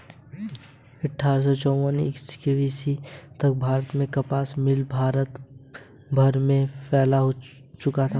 अट्ठारह सौ चौवन ईस्वी तक भारत में कपास मिल भारत भर में फैल चुका था